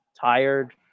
tired